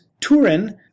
Turin